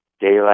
daylight